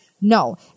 No